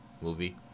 movie